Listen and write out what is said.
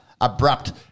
abrupt